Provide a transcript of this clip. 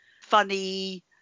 funny